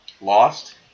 Lost